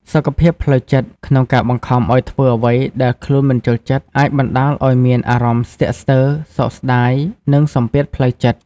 សុខភាពផ្លូវចិត្ត ក្នុងការបង្ខំឲ្យធ្វើអ្វីដែលខ្លួនមិនចូលចិត្ត អាចបណ្តាលឲ្យមានអារម្មណ៍ស្ទាក់ស្ទើរ សោកស្តាយ និងសំពាធផ្លូវចិត្ត។